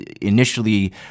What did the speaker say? initially